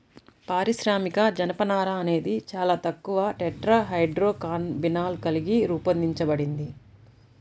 పారిశ్రామిక జనపనార అనేది చాలా తక్కువ టెట్రాహైడ్రోకాన్నబినాల్ కలిగి రూపొందించబడింది